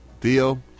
Theo